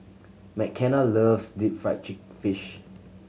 Mckenna loves deep fried fish